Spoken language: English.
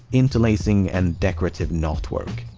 interlacing, and decorative knotwork.